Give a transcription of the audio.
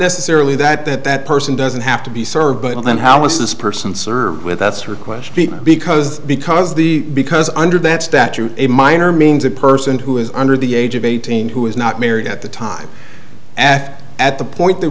necessarily that that that person doesn't have to be served but then how is this person served with that's her question because because the because under that statute a minor means a person who is under the age of eighteen who is not married at the time act at the point that